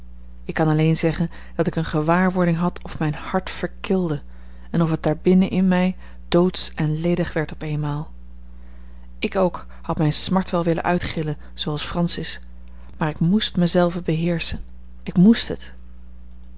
ik kan alleen zeggen dat ik eene gewaarwording had of mijn hart verkilde en of het daar binnen in mij doodsch en ledig werd op eenmaal ik ook had mijne smart wel willen uitgillen zooals francis maar ik moest mij zelven beheerschen ik moest het